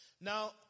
Now